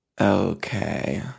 Okay